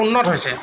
উন্নত হৈছে